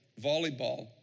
volleyball